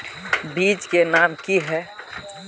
बीज के नाम की है?